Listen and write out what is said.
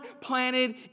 planted